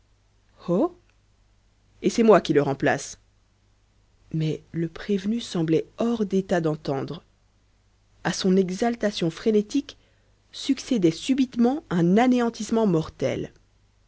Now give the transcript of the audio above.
et c'est moi qui le remplace mais le prévenu semblait hors d'état d'entendre à son exaltation frénétique succédait subitement un anéantissement mortel